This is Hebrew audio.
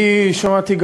שמעתי,